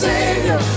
Savior